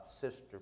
sister